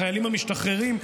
החיילים המשתחררים,